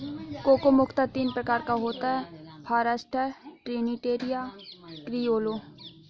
cocoa मुख्यतः तीन प्रकार का होता है फारास्टर, ट्रिनिटेरियो, क्रिओलो